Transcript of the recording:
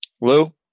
Lou